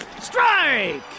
strike